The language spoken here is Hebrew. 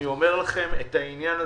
אני אומר לכם שבעניין הזה,